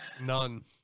None